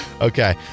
Okay